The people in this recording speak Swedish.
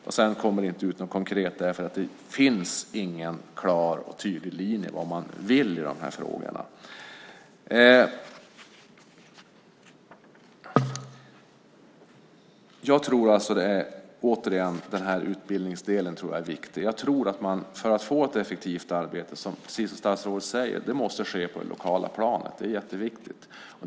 Men inget konkret kommer sedan ut därför att det inte finns någon klar och tydlig linje när det gäller vad man vill i de här frågorna. Återigen: Jag tror att utbildningsdelen är viktig. För att få ett effektivt arbete måste arbetet, precis som statsrådet säger, ske på det lokala planet. Detta är jätteviktigt.